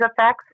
effects